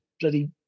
bloody